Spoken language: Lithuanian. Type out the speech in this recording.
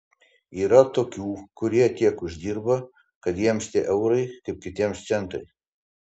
yra tokių kurie tiek uždirba kad jiems tie eurai kaip kitiems centai